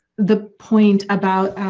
the point about.